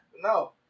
No